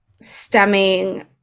stemming